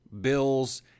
Bills